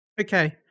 Okay